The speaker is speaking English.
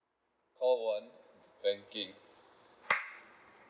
call one banking